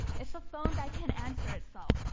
it's a phone that can answer itself,